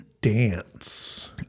dance